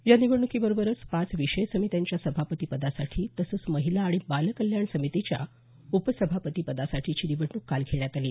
या निवडणुकीबरोबरच पाच विषय समित्यांच्या सभापतीपदासाठी तसंच महिला आणि बाल कल्याण समितीच्या उपसभापती पदासाठीची निवडणूक घेण्यात आली